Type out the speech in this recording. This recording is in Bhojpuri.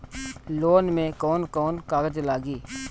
लोन में कौन कौन कागज लागी?